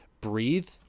Breathe